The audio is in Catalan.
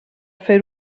fer